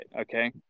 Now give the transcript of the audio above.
okay